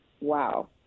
Wow